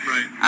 Right